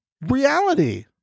reality